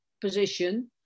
position